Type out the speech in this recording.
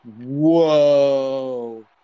whoa